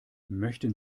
möchten